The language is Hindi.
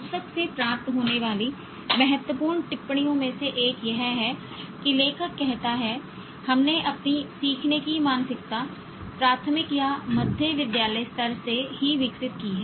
पुस्तक से प्राप्त होने वाली महत्वपूर्ण टिप्पणियों में से एक यह है कि लेखक कहता है हमने अपनी सीखने की मानसिकता प्राथमिक या मध्य विद्यालय स्तर से ही विकसित की है